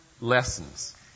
lessons